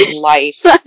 life